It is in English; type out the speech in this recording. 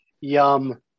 yum